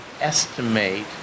estimate